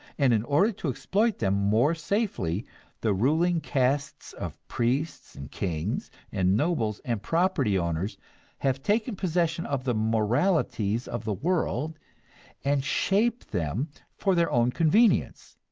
and in order to exploit them more safely the ruling castes of priests and kings and nobles and property owners have taken possession of the moralities of the world and shaped them for their own convenience.